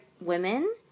women